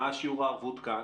מה שיעור הערבות כאן?